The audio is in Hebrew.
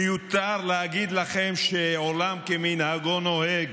מיותר להגיד לכם שעולם כמנהגו נוהג.